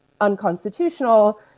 unconstitutional